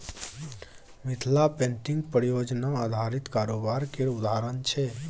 Mithila painting परियोजना आधारित कारोबार केर उदाहरण छै